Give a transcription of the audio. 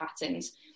patterns